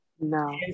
No